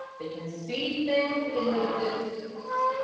they can see things in the distance,